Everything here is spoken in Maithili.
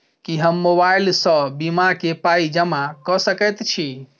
की हम मोबाइल सअ बीमा केँ पाई जमा कऽ सकैत छी?